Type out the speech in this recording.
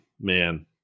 Man